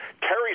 terry